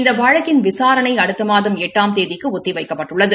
இந்த வழக்கின் விசாரணை அடுத்த மாதம் எட்டாம் தேதிக்கு ஒத்தி வைக்கப்பட்டுள்ளது